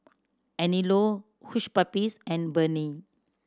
Anello Hush Puppies and Burnie